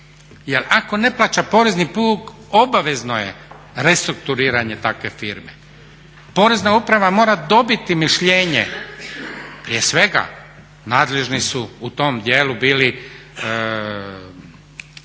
ako ne plaća porezni dug obavezno je restrukturiranje takve firme. Porezna uprava mora dobiti mišljenje prije svega nadležni su u tom dijelu bili